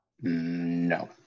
No